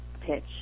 pitch